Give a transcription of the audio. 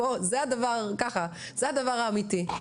בוא ככה זה הדבר האמיתי.